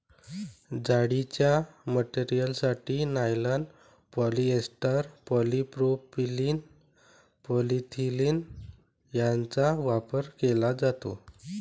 जाळीच्या मटेरियलसाठी nylon, polyester, polypropylene, polyethylene यांचा वापर केला जातो